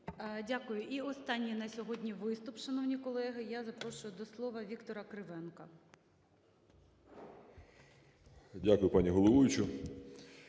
Дякую. І останній на сьогодні виступ, шановні колеги. Я запрошую до слова Віктора Кривенка. 14:05:37 КРИВЕНКО